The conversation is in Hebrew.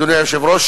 אדוני היושב-ראש,